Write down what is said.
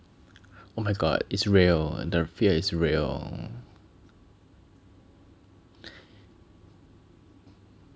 oh my god it's real the fear is real